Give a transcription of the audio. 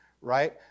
right